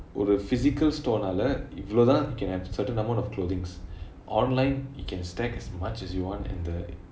ஒரு:oru physical store னாலே இவ்வளவுதான்:naalae ivvalavuthaan you can have certain amount of clothings online you can stack as much as you want and the